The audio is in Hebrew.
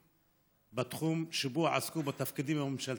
בתחום שבו עסקו בתפקידים הממשלתיים.